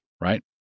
right